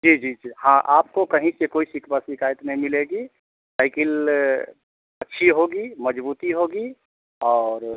जी जी जी हाँ आपको कहीं से कोई शिकवा शिकायत नहीं मिलेगी साइकिल अच्छी होगी मज़बूती होगी और